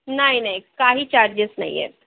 नाही नाही काही चार्जेस नाही आहेत